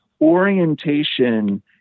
orientation